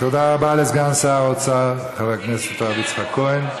תודה רבה לסגן שר האוצר חבר הכנסת הרב יצחק כהן.